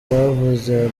twavuze